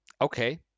Okay